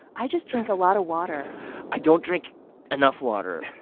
i just drink a lot of water i don't drink enough water.